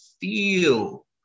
feel